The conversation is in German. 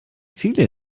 viele